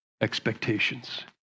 expectations